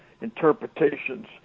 interpretations